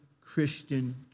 Christian